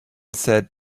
said